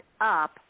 up